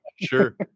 sure